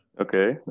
Okay